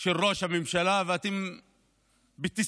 של ראש הממשלה ואתם בטיסה